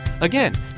Again